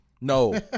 No